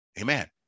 Amen